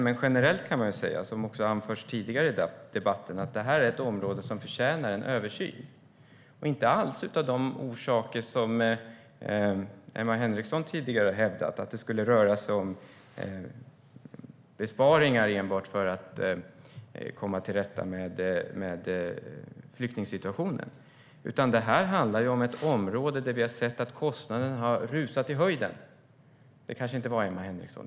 Men generellt kan jag säga, som också anförts tidigare i debatten, att det här är ett område som förtjänar en översyn, och inte alls av de orsaker som Emma Henriksson hävdade, att det skulle röra sig om besparingar enbart för att komma till rätta med flyktingsituationen. Det kanske inte var Emma Henriksson som sa det.